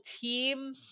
team